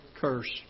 Curse